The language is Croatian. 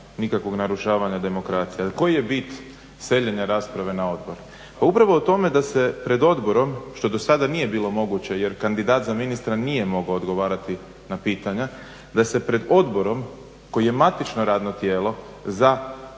nikakvog narušavanja demokracije. Koji je bit seljenja rasprave na odbor? Pa upravo u tome da se pred odborom što do sada nije bilo moguće jer kandidat za ministra nije mogao odgovarati na pitanja, da se pred odborom koji je matično radno tijelo za